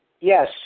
Yes